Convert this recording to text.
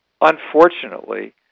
unfortunately